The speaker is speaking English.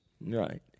right